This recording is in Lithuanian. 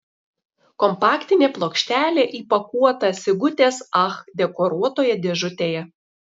kompaktinė plokštelė įpakuota sigutės ach dekoruotoje dėžutėje